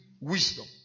wisdom